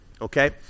okay